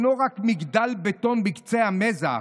אינו רק מגדל בטון בקצה המזח.